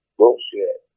bullshit